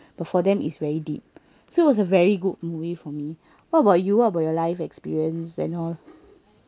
but for them is very deep so was a very good movie for me what about you about your life experience and all